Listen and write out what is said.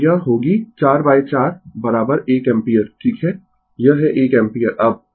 तो यह होगी 44 1 एम्पीयर ठीक है यह है 1 एम्पीयर अब